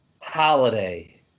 holiday